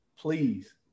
please